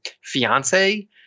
fiance